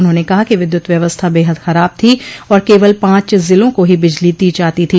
उन्होंने कहा कि विद्युत व्यवस्था बेहद खराब थी और केवल पांच जिलों को ही बिजली दी जाती थी